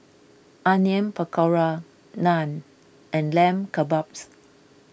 Onion Pakora Naan and Lamb Kebabs